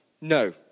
no